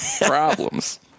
Problems